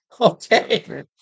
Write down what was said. okay